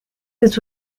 this